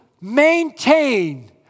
maintain